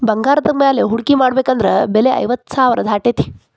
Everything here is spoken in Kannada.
ಬಂಗಾರದ ಮ್ಯಾಲೆ ಹೂಡ್ಕಿ ಮಾಡ್ಬೆಕಂದ್ರ ಬೆಲೆ ಐವತ್ತ್ ಸಾವ್ರಾ ದಾಟೇತಿ